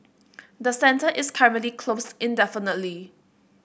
the centre is currently closed indefinitely